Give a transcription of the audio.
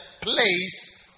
place